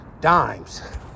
dimes